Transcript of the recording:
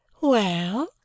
Well